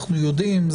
אנחנו יודעים,